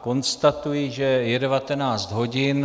Konstatuji, že je 19 hodin.